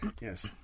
Yes